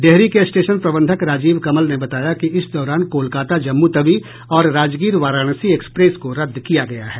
डेहरी के स्टेशन प्रबंधक राजीव कमल ने बताया कि इस दौरान कोलकाता जम्मूतवी और राजगीर वाराणसी एक्सप्रेस को रद्द किया गया है